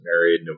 married